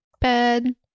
bed